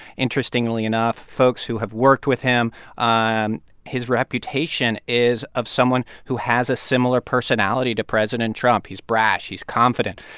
interestingly enough, folks who have worked with him and his reputation is of someone who has a similar personality to president trump. he's brash. he's confident.